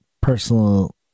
personal